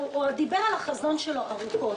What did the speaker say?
הוא דיבר על החזון שלו ארוכות.